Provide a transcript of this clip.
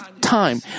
time